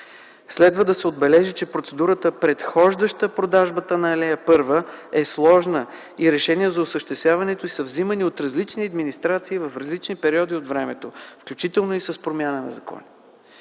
Следва да се отбележи, че процедурата, предхождаща продажбата на „Алея първа”, е сложна и решение за осъществяването й са вземани от три различни администрации в различни периоди от времето, включително и с промяна на закона.